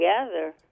together